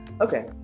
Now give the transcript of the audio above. Okay